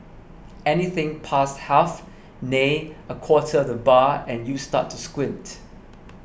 anything past half nay a quarter of the bar and you start to squint